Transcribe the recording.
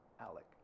Alec